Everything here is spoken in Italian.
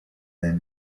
del